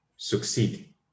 succeed